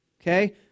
okay